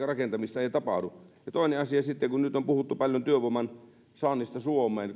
rakentamista tapahdu toinen asia sitten nyt on puhuttu paljon työvoiman saannista suomeen